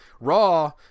Raw